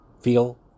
feel